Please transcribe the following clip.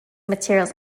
materials